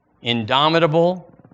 indomitable